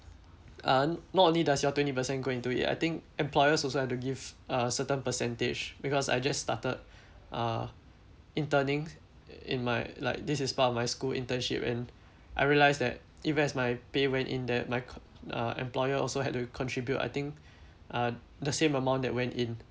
uh not only does your twenty percent go into it I think employers also have to give a certain percentage because I just started uh interning in my like this is part of my school internship and I realise that even as my pay went in there my co~ uh employer also had to contribute I think uh the same amount that went in